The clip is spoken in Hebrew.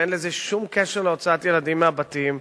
אין לזה שום קשר להוצאת ילדים מהבתים.